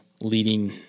leading